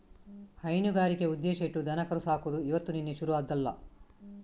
ಹೈನುಗಾರಿಕೆ ಉದ್ದೇಶ ಇಟ್ಟು ದನಕರು ಸಾಕುದು ಇವತ್ತು ನಿನ್ನೆ ಶುರು ಆದ್ದಲ್ಲ